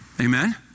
Amen